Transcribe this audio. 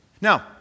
Now